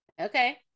okay